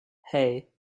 hey